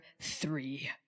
three